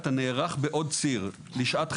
אתה נערך בעוד ציר לשעת חירום.